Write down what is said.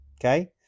okay